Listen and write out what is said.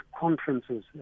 conferences